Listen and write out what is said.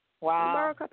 Wow